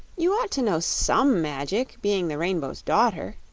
you ought to know some magic, being the rainbow's daughter,